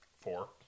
Four